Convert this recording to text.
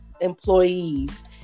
employees